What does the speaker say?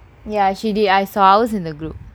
ya C_D_I solves in the group